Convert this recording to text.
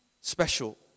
special